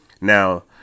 Now